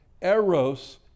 Eros